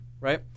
right